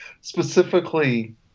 specifically